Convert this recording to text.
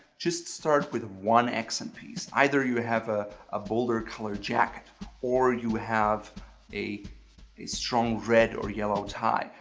just start with one accent piece, either you have ah a bolder color jacket or you have a a strong red or yellow tie.